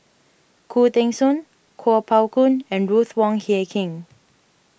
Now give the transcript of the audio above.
Khoo Teng Soon Kuo Pao Kun and Ruth Wong Hie King